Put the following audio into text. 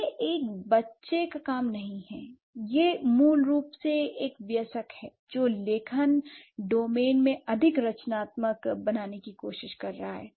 यह एक बच्चे का काम नहीं है यह मूल रूप से एक वयस्क है जो लेखन डोमेन में अधिक रचनात्मक बनने की कोशिश कर रहा है